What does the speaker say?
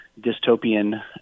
dystopian